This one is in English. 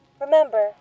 Remember